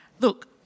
Look